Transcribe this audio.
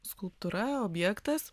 skulptūra objektas